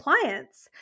clients